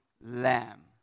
lamb